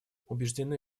убеждены